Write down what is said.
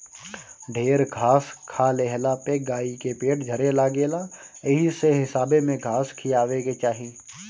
ढेर घास खा लेहला पे गाई के पेट झरे लागेला एही से हिसाबे में घास खियावे के चाही